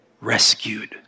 rescued